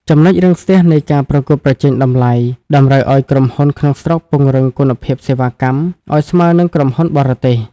ចំណុចរាំងស្ទះនៃ "ការប្រកួតប្រជែងតម្លៃ" តម្រូវឱ្យក្រុមហ៊ុនក្នុងស្រុកពង្រឹងគុណភាពសេវាកម្មឱ្យស្មើនឹងក្រុមហ៊ុនបរទេស។